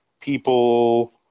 people